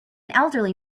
elderly